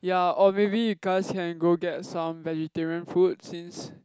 ya or maybe you guys can go get some vegetarian food since